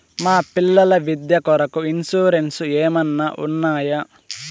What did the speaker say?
మా పిల్లల విద్య కొరకు ఇన్సూరెన్సు ఏమన్నా ఉన్నాయా?